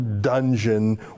dungeon